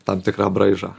tam tikrą braižą